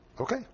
Okay